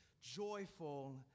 Joyful